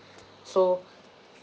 so